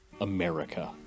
America